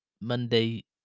Monday